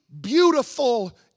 beautiful